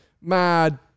mad